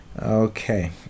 okay